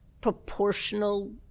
proportional